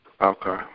Okay